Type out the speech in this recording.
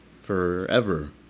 forever